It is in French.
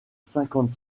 cinquante